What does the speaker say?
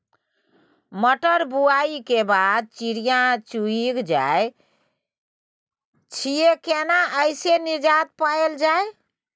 मटर बुआई के बाद चिड़िया चुइग जाय छियै केना ऐसे निजात पायल जाय?